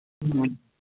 ᱦᱮᱸ